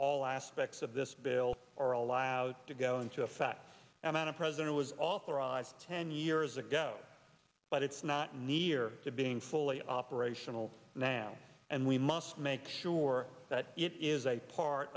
all aspects of this bill are allowed to go into effect amount of president was authorized ten years ago but it's not near to being fully operational now and we must make sure that it is a part